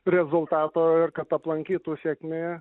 rezultato ir kad aplankytų sėkmė